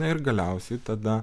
ir galiausiai tada